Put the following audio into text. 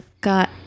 got